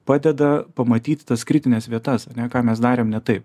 padeda pamatyti tas kritines vietas ane ką mes darėm ne taip